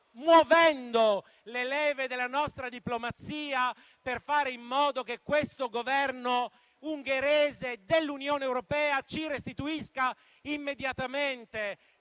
muovendo le leve della nostra diplomazia per fare in modo che questo governo ungherese dell'Unione europea ci restituisca immediatamente